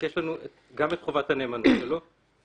יש לנו גם את חובת הנאמנות ובנוסף